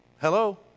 Hello